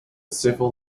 civil